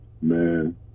Man